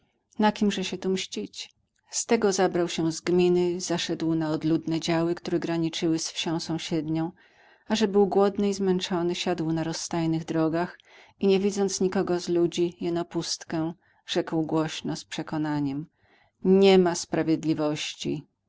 na kimże się tu mścić z tego zabrał się z gminy zaszedł na odludne działy które graniczyły z wsią sąsiednią a że był głodny i zmęczony siadł na rozstajnych drogach i nie widząc nikogo z ludzi jeno pustkę rzekł głośno z przekonaniem nie ma sprawiedliwości